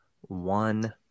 one